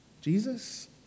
Jesus